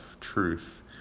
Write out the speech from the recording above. truth